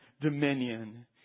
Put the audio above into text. dominion